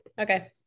Okay